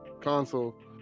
console